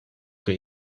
que